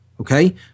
Okay